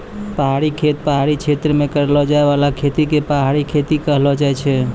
पहाड़ी खेती पहाड़ी क्षेत्र मे करलो जाय बाला खेती के पहाड़ी खेती कहलो जाय छै